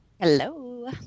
Hello